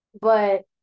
But-